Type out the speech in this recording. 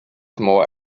more